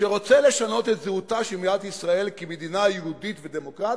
שרוצה לשנות את זהותה של מדינת ישראל כמדינה יהודית ודמוקרטית,